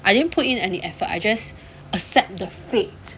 I didn't put in any effort I just accept the fate